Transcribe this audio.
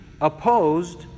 opposed